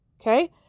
Okay